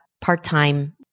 part-time